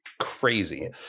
crazy